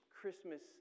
Christmas